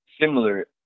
similar